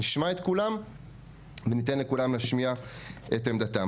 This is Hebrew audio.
נשמע את כולם וניתן לכולם להשמיע את עמדתם.